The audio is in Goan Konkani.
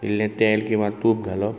इल्लें तेल किवा तूप घालप